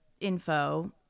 info